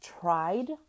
tried